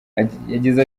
yagize